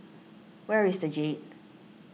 where is the Jade